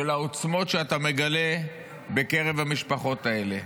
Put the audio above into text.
העוצמות שאתה מגלה בקרב המשפחות האלה.